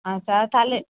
আচ্ছা তাহলে